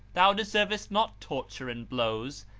thou deservest not torture and blows,